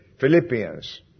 Philippians